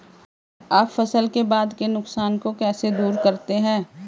आप फसल के बाद के नुकसान को कैसे दूर करते हैं?